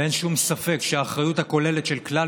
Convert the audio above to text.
ואין שום ספק שהאחריות הכוללת של כלל